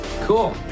Cool